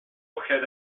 had